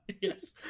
Yes